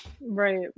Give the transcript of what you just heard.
right